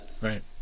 right